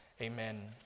Amen